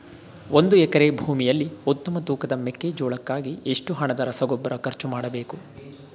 ಒಂದು ಎಕರೆ ಭೂಮಿಯಲ್ಲಿ ಉತ್ತಮ ತೂಕದ ಮೆಕ್ಕೆಜೋಳಕ್ಕಾಗಿ ಎಷ್ಟು ಹಣದ ರಸಗೊಬ್ಬರ ಖರ್ಚು ಮಾಡಬೇಕು?